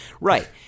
right